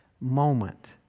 moment